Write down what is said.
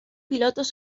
pilotos